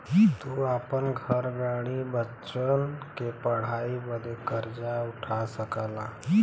तू आपन घर, गाड़ी, बच्चन के पढ़ाई बदे कर्जा उठा सकला